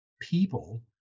people